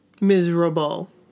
miserable